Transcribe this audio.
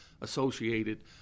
associated